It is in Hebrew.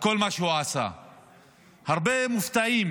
הרבה מופתעים